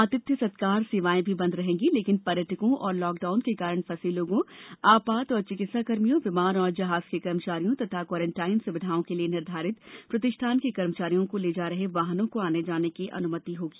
आतिथ्य सत्कार सेवाए भी बंद रहेगी लेकिन पर्यटकों और लॉकडाउन के कारण फंसे लोगों आपात और चिकित्सा कर्मचारियों विमान और जहाज के कर्मचारियों तथा क्वाऔरेंटाइन सुविधाओं के लिए निर्घारित प्रतिष्ठान के कर्मचारियों को ले जा रहे वाहनों को आने जाने की अनुमति होगी